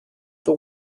the